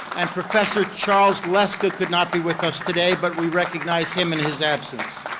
and professor charles lester could not be with us today, but we recognize him in his absence.